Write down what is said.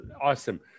Awesome